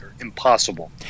Impossible